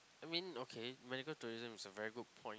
I mean okay medical tourism is a very good point